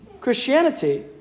Christianity